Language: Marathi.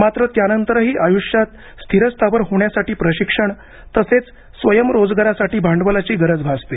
मात्र त्यानंतरही आयुष्यात स्थिरस्थावर होण्यासाठी प्रशिक्षण तसेच स्वयंरोजगारासाठी भांडवलाची गरज भासते